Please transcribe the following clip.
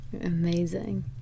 Amazing